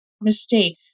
mistake